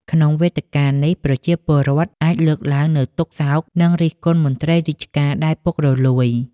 ក្នុងវេទិកានោះ ប្រជាពលរដ្ឋអាចលើកឡើងនូវទុក្ខសោក និងរិះគន់មន្ត្រីរាជការដែលពុករលួយ។